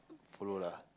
follow lah